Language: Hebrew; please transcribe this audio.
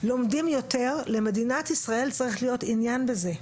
שלומד יותר, למדינת ישראל צריך להיות עניין בזה.